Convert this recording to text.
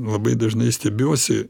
labai dažnai stebiuosi